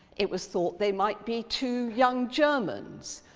it was thought they might be two young germans.